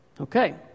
Okay